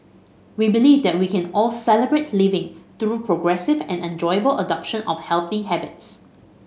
we believe that we can all Celebrate Living through progressive and enjoyable adoption of healthy habits